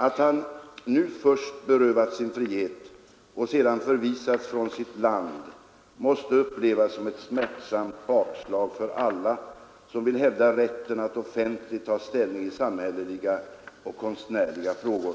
Att han nu först berövats sin frihet och sedan förvisats från sitt land måste upplevas som ett smärtsamt bakslag för alla som vill hävda rätten att offentligt ta ställning i samhälleliga och konstnärliga frågor.